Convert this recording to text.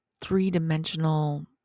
three-dimensional